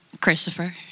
Christopher